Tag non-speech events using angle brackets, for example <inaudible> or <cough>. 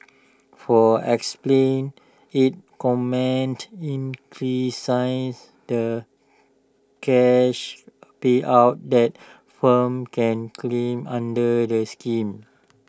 for explain IT commended in <unintelligible> the cash payout that firms can claim under the scheme